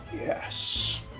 Yes